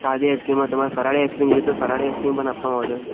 સાદી આઇસક્રીમમાં તમારે ફરાળી આઇસક્રીમ જોઈએ તો ફરાળી આઇસક્રીમ પણ આપવામાં આવશે